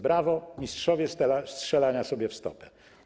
Brawo, mistrzowie strzelania sobie w stopę.